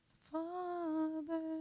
Father